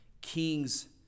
king's